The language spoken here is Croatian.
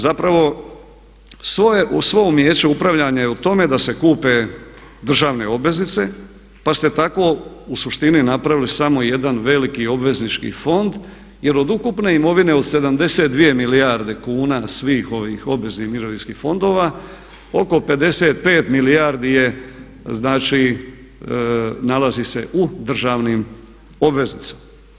Zapravo svo umijeće upravljanja je u tome da se kupe državne obveznice pa ste tako u suštini napravili samo jedan veliki obveznički fond jer od ukupne imovine od 72 milijarde kuna svih ovih obveznih mirovinskih fondova oko 55 milijardi je znači nalazi se u državnim obveznicama.